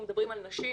אנחנו מדברים על נשים,